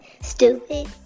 Stupid